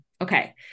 Okay